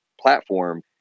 platform